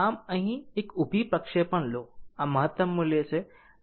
આમ અહીં એક પ્રક્ષેપણ લો આ મહત્તમ મૂલ્ય છે